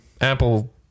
Apple